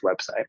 website